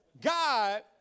God